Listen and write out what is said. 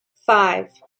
five